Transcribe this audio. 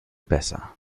besser